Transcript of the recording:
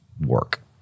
work